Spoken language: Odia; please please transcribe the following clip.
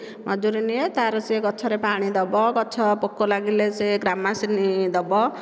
ମଜୁରି ନିଏ ତାର ସେ ଗଛରେ ପାଣି ଦେବ ଗଛ ପୋକ ଲାଗିଲେ ସେ ଗ୍ୟାମାକ୍ସିନ ଦେବ